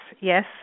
yes